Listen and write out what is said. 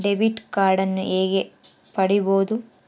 Debit ಕಾರ್ಡನ್ನು ಹೇಗೆ ಪಡಿಬೋದು?